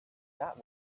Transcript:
that